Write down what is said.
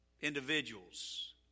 individuals